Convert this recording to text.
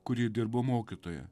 kurie dirba mokytoja